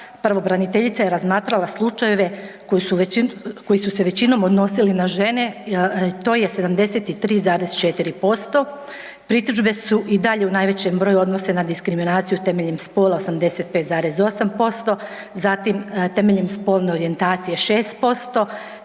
pravobraniteljica je razmatrala slučajeve koji su većinom, koji su se većinom odnosili na žene to je 73,4%, pritužbe su i dalje u najvećem broju odnose na diskriminaciju temeljem spola 85,8%, zatim temeljem spolne orijentacije 6%